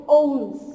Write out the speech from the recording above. owns